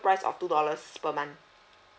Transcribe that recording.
price of two dollars per month